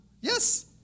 Yes